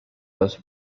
dos